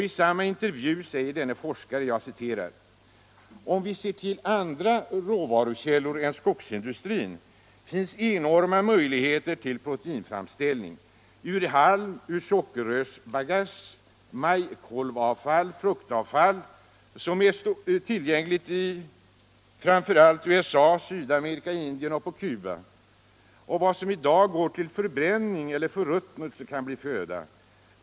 I samma intervju säger denne forskare: ”Om vi ser till andra råvarukällor än skogsindustrin finns enorma möjligheter till proteinframställning: halm, sockerrörsbagass, majskolvavfall, fruktavfall —-—-- i USA, Sydamerika, Indien, på Kuba. Vad som i dag går till bränning eller förruttnelse kan bli föda.